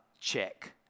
check